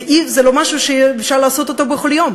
וזה לא משהו שאפשר לעשות בכל יום.